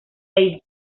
ahí